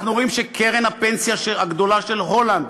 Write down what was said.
אנחנו רואים שקרן הפנסיה הגדולה של הולנד